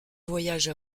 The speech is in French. voyage